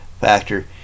factor